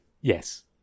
yes